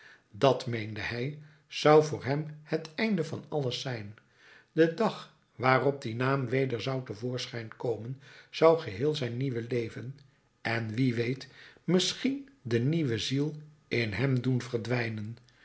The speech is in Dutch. dat meende hij zou voor hem het einde van alles zijn de dag waarop die naam weder zou te voorschijn komen zou geheel zijn nieuwe leven en wie weet misschien de nieuwe ziel in hem doen verdwijnen